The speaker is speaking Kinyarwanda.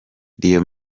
real